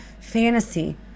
fantasy